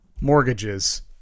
mortgages